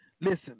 listen